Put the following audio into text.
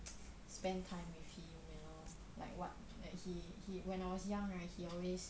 spend time with him you know like what like he he when I was young right he always